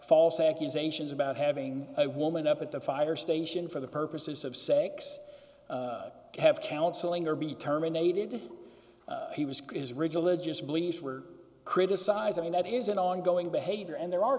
false accusations about having a woman up at the fire station for the purposes of sex have counseling or be terminated he was chris ridge alleges beliefs were criticized i mean that is an ongoing behavior and there are